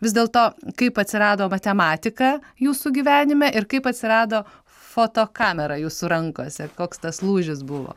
vis dėlto kaip atsirado matematika jūsų gyvenime ir kaip atsirado fotokamera jūsų rankose koks tas lūžis buvo